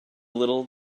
little